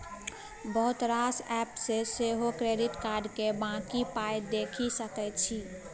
बहुत रास एप्प सँ सेहो क्रेडिट कार्ड केर बाँकी पाइ देखि सकै छी